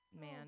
man